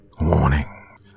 Warning